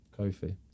Kofi